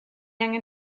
angen